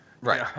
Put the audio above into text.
Right